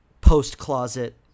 post-closet